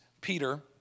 Peter